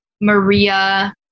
maria